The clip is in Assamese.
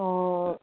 অঁ